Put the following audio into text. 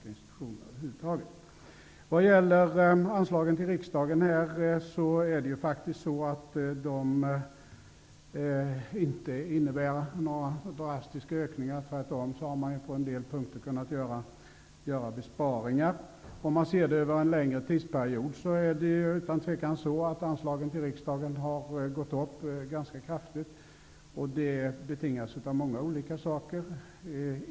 Anslagen till riksdagen innebär faktiskt inte några drastiska ökningar, tvärtom. Man har på en del punkter kunnat föreslå besparingar. Om man ser över en längre tidsperiod, är det utan tvivel så, att anslagen till riksdagen ganska kraftigt har ökat, vilket betingas av många olika saker.